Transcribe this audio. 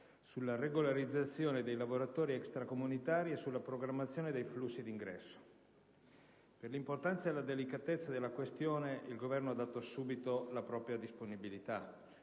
sulla regolarizzazione dei lavoratori extracomunitari e sulla programmazione dei flussi di ingresso. Per l'importanza e la delicatezza della questione, il Governo ha dato subito la propria disponibilità.